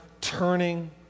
turning